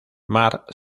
marc